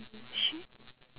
she